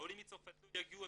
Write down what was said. העולים מצרפת לא יגיעו,